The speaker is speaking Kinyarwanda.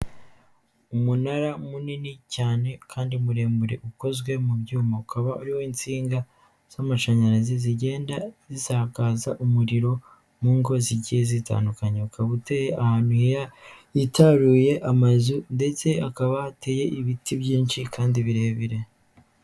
Umunara munini cyane kandi muremure ukozwe mu byuma, ukaba ariho insinga z'amashanyarazi zigenda zisakaza umuriro mu ngo zigiye zitandukanye, ukaba uteye ahantu hitaruye amazu ndetse hakaba hateye ibiti byinshi kandi birebire.